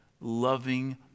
loving